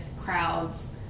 crowds